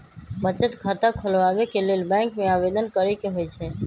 बचत खता खोलबाबे के लेल बैंक में आवेदन करेके होइ छइ